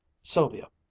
sylvia,